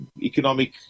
economic